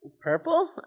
Purple